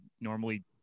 normally